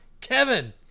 Kevin